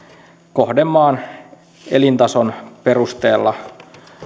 kohdemaan elintason perusteella